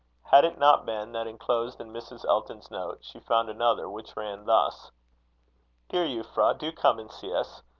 had it not been, that, inclosed in mrs. elton's note she found another, which ran thus dear euphra, do come and see us.